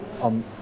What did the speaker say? on